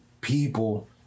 people